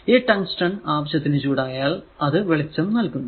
ഈ ടങ്സ്റ്റൻ ആവശ്യത്തിന് ചൂടായാൽ അത് വെളിച്ചം നൽകുന്നു